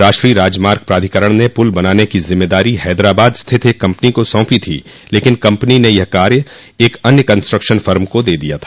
राष्ट्रीय राजमार्ग प्राधिकरण ने पुल बनाने की ज़िम्मेदारी हैदराबाद स्थित एक कम्पनी को सौंपी थी लेकिन कम्पनी ने यह काम एक अन्य कन्सट्रक्शन फ़र्म को सौंप दिया है